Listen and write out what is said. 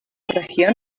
región